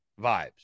vibes